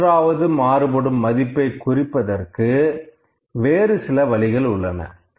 மூன்றாவது மாறுபடும் மதிப்பை குறிப்பதற்கு வேறு சில வழிகள் உள்ளன